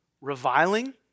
reviling